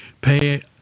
pay